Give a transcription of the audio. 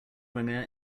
winger